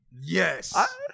Yes